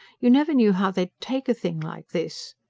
you never knew how they'd take a thing like this.